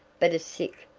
but a sick,